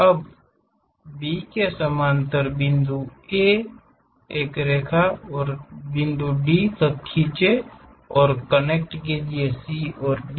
अब B के समांतर बिन्दु A एक और रेखा बिन्दु D तक खींचे और कनेक्ट कीजिये C और D